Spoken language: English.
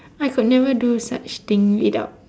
I could never do such thing without